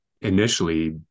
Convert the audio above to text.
initially